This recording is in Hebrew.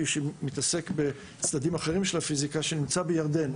שמתעסק בצדדים אחרים של הפיזיקה ונמצא בירדן.